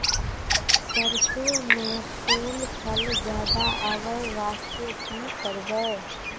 सरसों म फूल फल ज्यादा आबै बास्ते कि करबै?